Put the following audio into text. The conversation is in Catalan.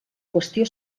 qüestió